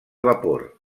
vapor